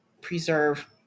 preserve